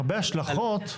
הרבה השלכות?